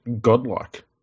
godlike